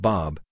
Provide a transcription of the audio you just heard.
Bob